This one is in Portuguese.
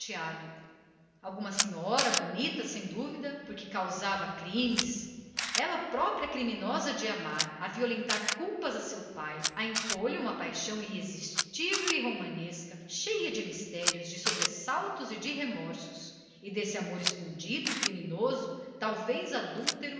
desnorteado alguma senhora bonita sem dúvida porque causava crimes criminosa ela própria por amor a inspirar loucuras a seu pai a acender lhe uma paixão fatal e romanesca cheia de sobressaltos e de remorsos e desse amor secreto e criminoso desse adultério